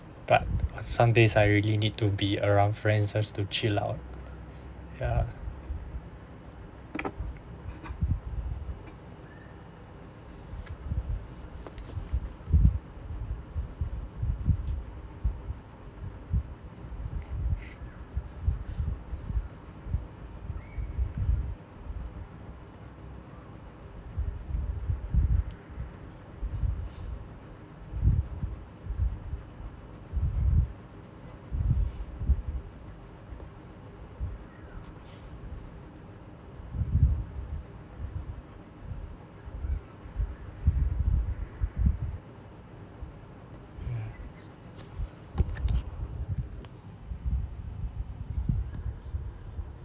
but sundays I really need to be around friends has to chill out ya